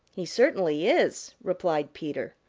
he certainly is, replied peter.